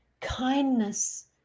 kindness